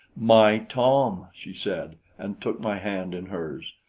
my tom! she said, and took my hand in hers.